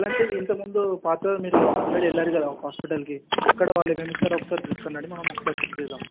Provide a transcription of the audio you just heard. ఇలాంటిది ఇంతకముందు పాతది మీరు ఆల్రెడీ వెళ్ళారు కదా ఒక హాస్పిటల్కి అక్కడ వాళ్ళు ఏమేమి ఇచ్చారో తీసుకోరండి మనం చెక్ చేద్దాం